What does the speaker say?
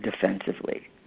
defensively